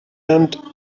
end